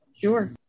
Sure